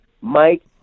Mike –